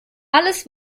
alles